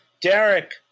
Derek